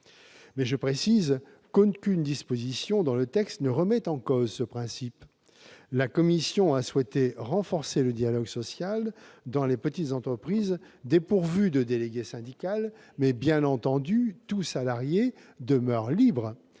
» Je précise qu'aucune disposition du texte ne remet en cause ce principe. La commission a souhaité renforcer le dialogue social dans les petites entreprises dépourvues de délégué syndical, mais tout salarié demeure, bien